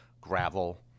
gravel